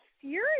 furious